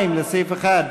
2 לסעיף 1,